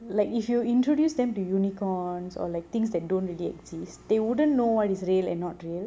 like if you introduce them to unicorns or like things that don't really exist they wouldn't know what is real and not really